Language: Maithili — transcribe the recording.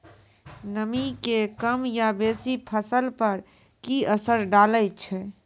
नामी के कम या बेसी फसल पर की असर डाले छै?